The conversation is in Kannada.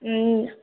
ಹ್ಞೂ